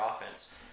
offense